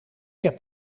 heb